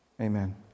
Amen